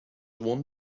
one